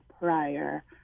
prior